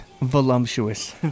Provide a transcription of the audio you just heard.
voluptuous